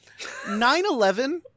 9-11